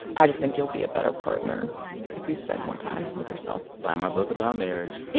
i just think you'll be a better partner if you spend more time with yourself buy my book about marriage.